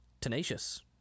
tenacious